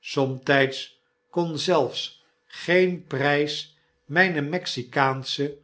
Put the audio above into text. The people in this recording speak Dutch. somtyds kon zelfs geen prys myne mexikaansche